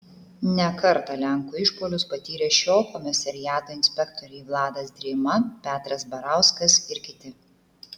ne kartą lenkų išpuolius patyrė šio komisariato inspektoriai vladas drėma petras barauskas ir kiti